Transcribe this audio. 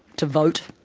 to vote,